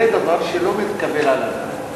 זה דבר שלא מתקבל על הדעת.